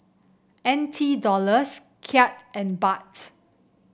N T Dollars Kyat and Bahts